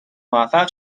موفق